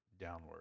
downward